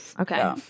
Okay